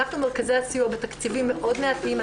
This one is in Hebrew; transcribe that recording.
אנחנו מרכזי הסיוע בתקציבים מאוד מעטים.